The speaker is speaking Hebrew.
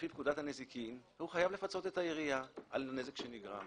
לפי פקודת הנזיקין הוא חייב לפצות את העירייה על הנזק שנגרם.